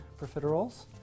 profiteroles